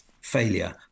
failure